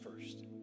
first